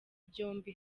byombi